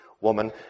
woman